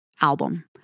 album